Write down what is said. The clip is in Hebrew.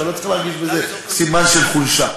אתה לא צריך להרגיש בזה סימן של חולשה.